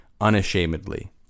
unashamedly